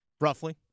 Roughly